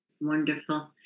wonderful